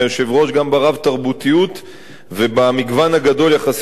גם ברב-תרבותיות ובמגוון הגדול יחסית של קבוצות